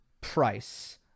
price